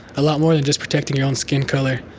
a lot more than just protecting your own skin color.